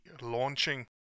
launching